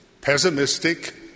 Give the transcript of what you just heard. pessimistic